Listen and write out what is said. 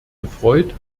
gefreut